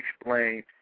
explain